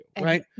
right